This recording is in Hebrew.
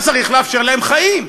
אז צריך לאפשר להם חיים,